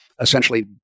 essentially